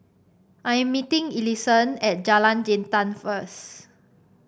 I am meeting Ellison at Jalan Jintan first